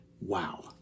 Wow